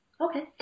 Okay